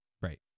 right